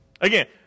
Again